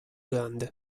grande